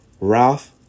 Ralph